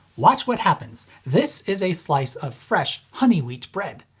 watch what happens. this is a slice of fresh honey-wheat bread.